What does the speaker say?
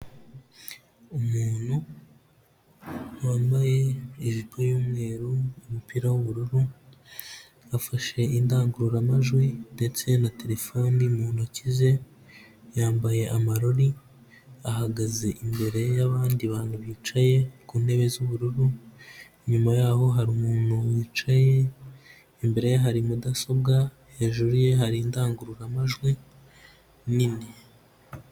Umuntu wambaye ijipo y'umweru, umupira w'ubururu afashe indangururamajwi ndetse na telefone mu ntoki ze, yambaye amarori ahagaze imbere y'abandi bantu bicaye ku ntebe z'ubururu, inyuma yaho hari umuntu wicaye, imbere ye hari mudasobwa, hejuru ye hari indangururamajwi nini.